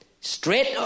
straight